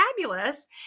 fabulous